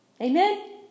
Amen